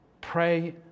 Pray